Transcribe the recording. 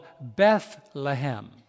Bethlehem